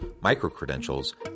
micro-credentials